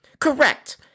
Correct